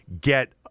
get